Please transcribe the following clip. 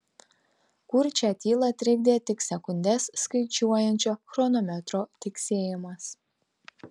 kurčią tylą trikdė tik sekundes skaičiuojančio chronometro tiksėjimas